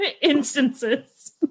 instances